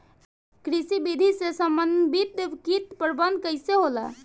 कृषि विधि से समन्वित कीट प्रबंधन कइसे होला?